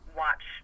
watch